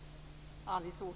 Tack för det och god jul!